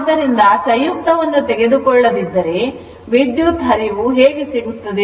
ಆದ್ದರಿಂದ ಸಂಯುಕ್ತವನ್ನು ತೆಗೆದುಕೊಳ್ಳದಿದ್ದರೆ ವಿದ್ಯುತ್ ಪ್ರವಾಹ ಹೇಗೆ ಸಿಗುತ್ತದೆ